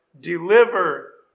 deliver